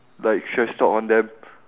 like thrash talk on them